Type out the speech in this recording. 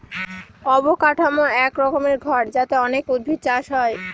অবকাঠামো এক রকমের ঘর যাতে অনেক উদ্ভিদ চাষ হয়